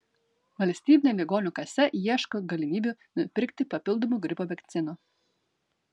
valstybinė ligonių kasa ieško galimybių nupirkti papildomų gripo vakcinų